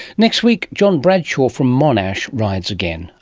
next week, john bradshaw from monash rides again.